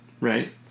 Right